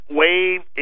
wave